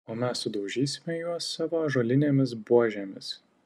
o mes sudaužysime juos savo ąžuolinėmis buožėmis